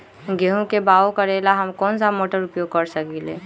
गेंहू के बाओ करेला हम कौन सा मोटर उपयोग कर सकींले?